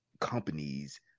companies